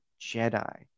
Jedi